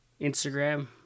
Instagram